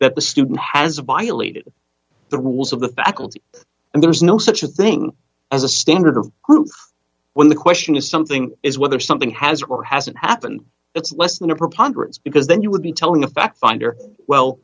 that the student has violated the rules of the faculty and there's no such a thing as a standard of proof when the question is something is whether something has or hasn't happened it's less than a preponderance because then you would be telling a fact finder well